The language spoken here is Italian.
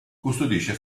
custodisce